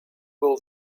will